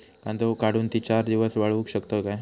कांदो काढुन ती चार दिवस वाळऊ शकतव काय?